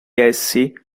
essi